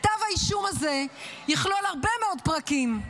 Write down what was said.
כתב האישום הזה יכלול הרבה מאוד פרקים,